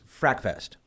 FrackFest